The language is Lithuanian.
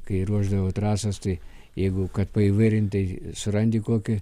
kai ruošdavo trasas tai jeigu kad paįvairint tai surandi kokį